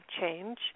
change